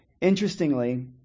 Interestingly